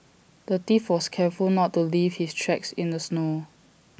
the thief was careful not to leave his tracks in the snow